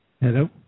Hello